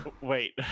wait